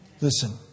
Listen